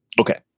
Okay